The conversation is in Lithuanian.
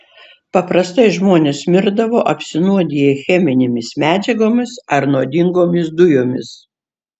paprastai žmonės mirdavo apsinuodiję cheminėmis medžiagomis ar nuodingomis dujomis